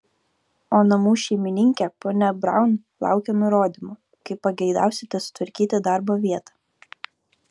o namų šeimininkė ponia braun laukia nurodymų kaip pageidausite sutvarkyti darbo vietą